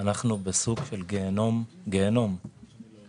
אנחנו בסוג של גיהינום תחבורתי,